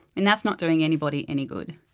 and that's not doing anybody any good.